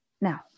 now